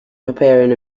preparing